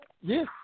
Yes